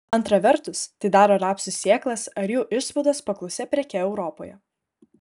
antra vertus tai daro rapsų sėklas ar jų išspaudas paklausia preke europoje